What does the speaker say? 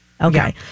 okay